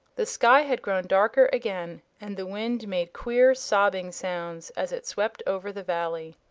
the sky had grown darker again and the wind made queer sobbing sounds as it swept over the valley.